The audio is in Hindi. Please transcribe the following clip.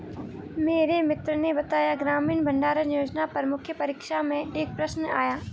मेरे मित्र ने बताया ग्रामीण भंडारण योजना पर मुख्य परीक्षा में एक प्रश्न आया